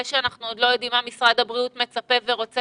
זה שאנחנו עוד לא יודעים מה משרד הבריאות מצפה ורוצה,